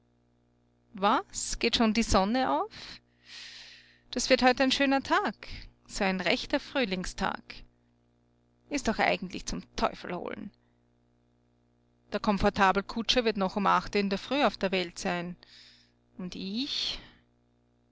was geht schon die sonne auf das wird heut ein schöner tag so ein rechter frühlingstag ist doch eigentlich zum teufelholen der komfortabelkutscher wird noch um achte in der früh auf der welt sein und ich